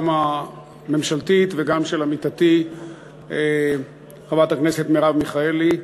גם הממשלתית וגם של עמיתתי חברת הכנסת מרב מיכאלי.